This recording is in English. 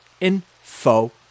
info